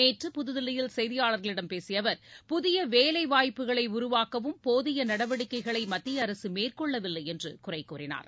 நேற்று புதுதில்லியில் செய்தியாளர்களிடம் பேசிய அவர் புதிய வேலைவாய்ப்புக்களை உருவாக்கவும் போதிய நடவடிக்கைகளை மத்திய அரசு மேற்கொள்ளவில்லை என்று குறை கூறினார்